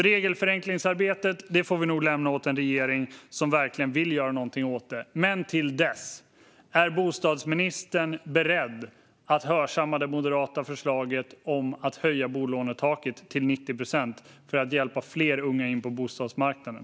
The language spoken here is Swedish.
Regelförenklingsarbete får vi alltså lämna åt en regering som verkligen vill göra någonting åt det. Men till dess vill jag veta: Är bostadsministern beredd att hörsamma det moderata förslaget om att höja bolånetaket till 90 procent för att hjälpa fler unga att komma in på bostadsmarknaden?